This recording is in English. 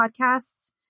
podcasts